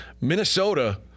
Minnesota